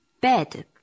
bed